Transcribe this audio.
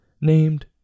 named